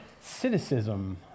cynicism